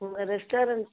ம் ரெஸ்டாரண்ட்